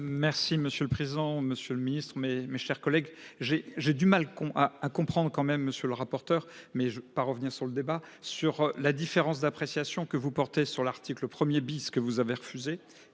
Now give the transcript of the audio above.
Merci monsieur le présent. Monsieur le Ministre, mes, mes chers collègues, j'ai, j'ai du mal qu'on a à comprendre quand même monsieur le rapporteur. Mais je pas revenir sur le débat sur la différence d'appréciation que vous portez sur l'article 1er que vous avez refusé